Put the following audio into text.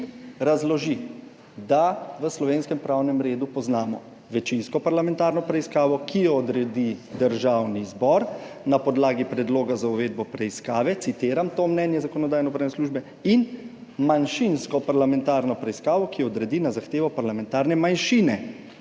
razloži, da »v slovenskem pravnem redu poznamo večinsko parlamentarno preiskavo, ki jo odredi Državni zbor na podlagi predloga za uvedbo preiskave,« citiram to mnenje Zakonodajno-pravne službe, »in manjšinsko parlamentarno preiskavo, ki jo odredi na zahtevo parlamentarne manjšine,